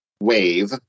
wave